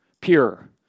pure